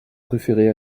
préféré